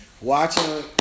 Watching